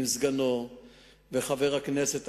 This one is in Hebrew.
עם סגנו וחבר הכנסת עמאר,